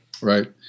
Right